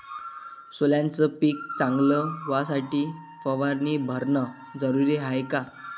सोल्याचं पिक चांगलं व्हासाठी फवारणी भरनं जरुरी हाये का?